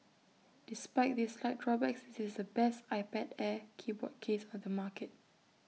despite these slight drawbacks this is the best iPad air keyboard case on the market